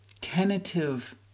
tentative